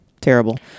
terrible